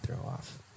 throw-off